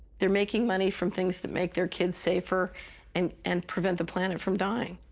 they're making money from things that make their kids safer and and prevent the planet from dying.